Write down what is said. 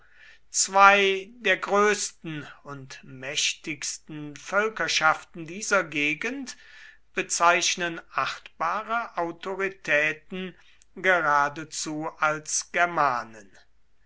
zwei der größten und mächtigsten völkerschaften dieser gegend bezeichnen achtbare autoritäten geradezu als germanen